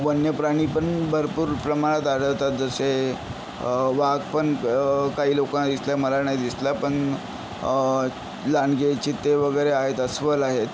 वन्य प्रानीपण भरपूर प्रमाणात आढळतात जसे वाघ पण काही लोकांना दिसल्या मला नाही दिसला पण लांडगे चित्ते वगैरे आहेत अस्वल आहेत